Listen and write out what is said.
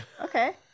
okay